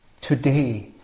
Today